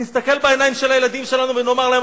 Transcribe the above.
נסתכל בעיניים של הילדים שלנו ונאמר להם: